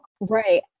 right